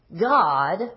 God